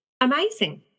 amazing